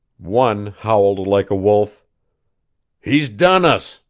one howled like a wolf he's done us.